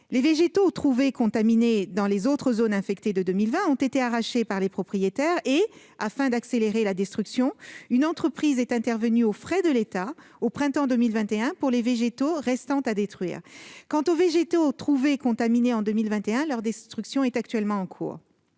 Les végétaux contaminés trouvés dans les autres zones infectées en 2020 ont été arrachés par les propriétaires et, afin d'accélérer leur destruction, une entreprise est intervenue aux frais de l'État au printemps 2021 pour les végétaux restant à détruire. La destruction des végétaux trouvés contaminés en 2021 est en cours.